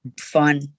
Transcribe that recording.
fun